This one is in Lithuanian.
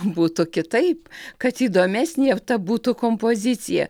būtų kitaip kad įdomesnė ta būtų kompozicija